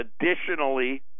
Additionally